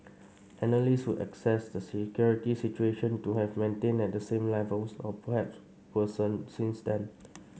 analyst would assess the security situation to have maintained at the same levels or perhaps worsened since then